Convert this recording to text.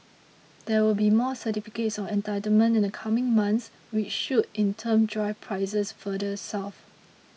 there will be more certificates of entitlement in the coming months which should in turn drive prices further south